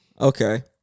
Okay